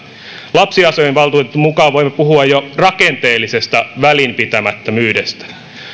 lapsiasiavaltuutetun mukaan voimme puhua jo rakenteellisesta välinpitämättömyydestä